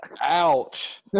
Ouch